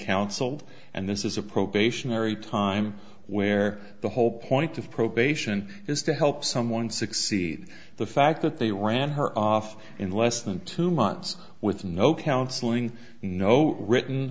counseled and this is a probationary time where the whole point of probation is to help someone succeed the fact that they ran her off in less than two months with no counseling and no written